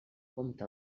compte